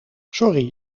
sorry